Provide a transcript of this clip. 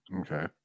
Okay